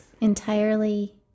entirely